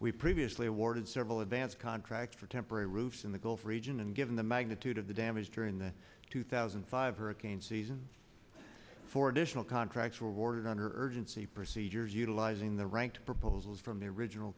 we previously awarded several advance contracts for temporary routes in the gulf region and given the magnitude of the damage during the two thousand and five hurricane season for additional contracts were awarded on earth n c procedures utilizing the ranked proposals from the original